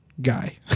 guy